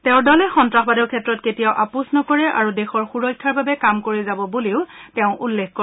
তেওঁৰ দলে সন্নাসবাদৰ ক্ষেত্ৰত কেতিয়াও আপোচ নকৰে আৰু দেশৰ সুৰক্ষাৰ বাবে কাম কৰি যাব বুলিও শ্ৰীমোডীয়ে উল্লেখ কৰে